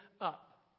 up